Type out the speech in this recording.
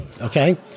Okay